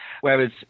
whereas